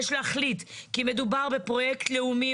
יש להחליט כי מדובר בפרויקט לאומי,